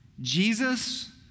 Jesus